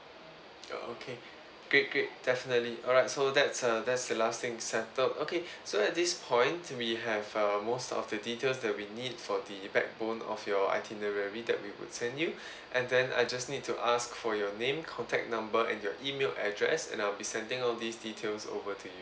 oh okay great great definitely alright so that's a that's the last thing settled okay so at this point we have uh most of the details that we need for the backbone of your itinerary that we would send you and then I just need to ask for your name contact number and your email address and I'll be sending all these details over to you